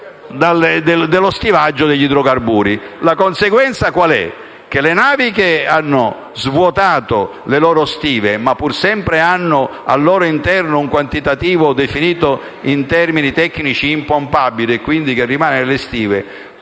dello stivaggio degli idrocarburi. La conseguenza è che le navi che hanno svuotato le loro stive, ma che pur sempre hanno al loro interno un quantitativo definito, in termini tecnici, impompabile (che quindi rimane nelle stive),